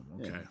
okay